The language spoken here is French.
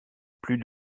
plus